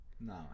No